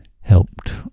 helped